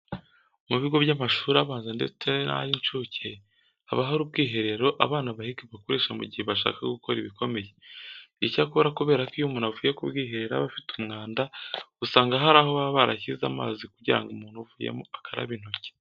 Mu bigo by'amashuri abanza ndetse n'ay'incuke haba hari ubwiherero abana bahiga bakoresha mu gihe bashaka gukora ibikomeye. Icyakora kubera ko iyo umuntu avuye ku bwiherero aba afite umwanda, usanga hari aho baba barashyize amazi kugira ngo umuntu uvuyemo akarabe intoki.